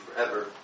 forever